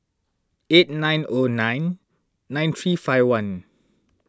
eight nine O nine nine three five one